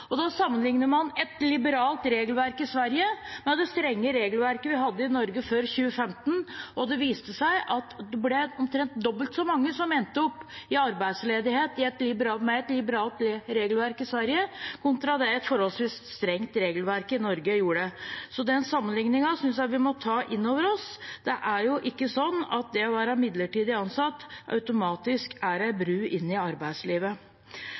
Sverige med det strenge regelverket vi hadde i Norge før 2015, og det viste seg at det ble omtrent dobbelt så mange som endte i arbeidsledighet med et liberalt regelverk i Sverige, kontra det et forholdsvis strengt regelverk i Norge førte til. Så den sammenligningen synes jeg vi må ta inn over oss. Det er ikke sånn at det å være midlertidig ansatt automatisk er en bro inn i arbeidslivet.